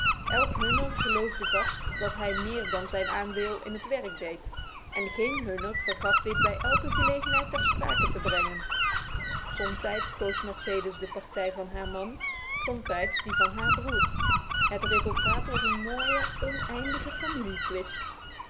elk hunner geloofde vast dat hij meer dan zijn aandeel in het werk deed en geen hunner vergat dit bij elke gelegenheid ter sprake te brengen somtijds koos mercedes de partij van haar man somtijds die van haar broer het resultaat was een mooie oneindige